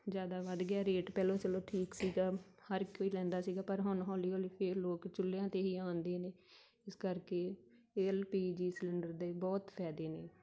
ਜ਼ਿਆਦਾ ਵੱਧ ਗਿਆ ਰੇਟ ਪਹਿਲਾਂ ਚਲੋ ਠੀਕ ਸੀਗਾ ਹਰ ਕੋਈ ਲੈਂਦਾ ਸੀਗਾ ਪਰ ਹੁਣ ਹੌਲੀ ਹੌਲੀ ਫਿਰ ਲੋਕ ਚੁੱਲ੍ਹਿਆਂ 'ਤੇ ਹੀ ਆਉਣ ਦੇ ਨੇ ਇਸ ਕਰਕੇ ਇਹ ਐਲ ਪੀ ਜੀ ਸਲੰਡਰ ਦੇ ਬਹੁਤ ਫਾਇਦੇ ਨੇ